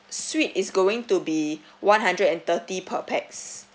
suite it's going to be one hundred and thirty per pax